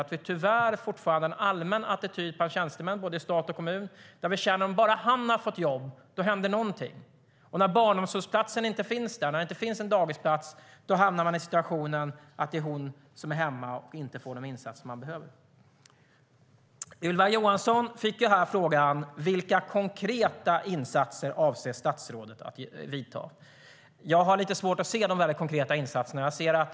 Det finns fortfarande en allmän attityd bland tjänstemän i både stat och kommun att om bara mannen får jobb händer åtminstone något. När det inte finns barnomsorgsplats hamnar man i situationen att det är kvinnan som är hemma och inte får den insats hon behöver. Ylva Johansson fick här frågan vilka konkreta insatser hon avser att vidta. Jag har lite svårt att se de konkreta insatserna.